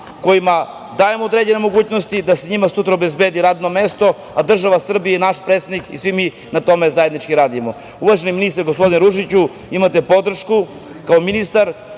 kojima dajemo određene mogućnosti, da se njima sutra obezbedi radno mesto, a država Srbija i naš predsednik i svi mi na tome zajednički radimo. Uvaženi ministre, gospodine Ružiću, imate podršku kao ministar